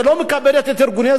ומגדפים אותם,